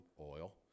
oil